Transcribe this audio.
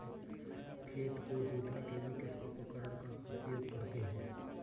खेत को जोतने के लिए किस उपकरण का उपयोग करते हैं?